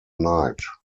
night